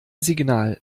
signal